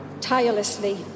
tirelessly